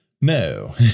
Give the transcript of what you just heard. no